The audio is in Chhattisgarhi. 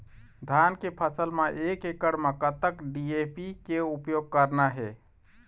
धान के फसल म एक एकड़ म कतक डी.ए.पी के उपयोग करना हे?